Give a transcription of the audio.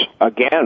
again